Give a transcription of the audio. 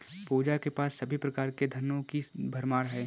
पूजा के पास सभी प्रकार के धनों की भरमार है